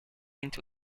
into